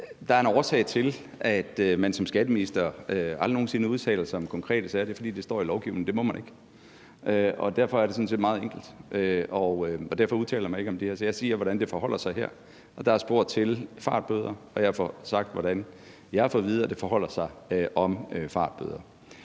Der er en årsag til, at man som skatteminister aldrig nogen sinde udtaler sig om konkrete sager, og det er, fordi det står i lovgivningen, at det må man ikke. Derfor er det sådan set meget enkelt, og derfor udtaler jeg mig ikke om det her. Jeg siger, hvordan det forholder sig her, og der er spurgt om fartbøder, og jeg får sagt, hvordan jeg har fået at vide det forholder sig med